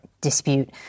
dispute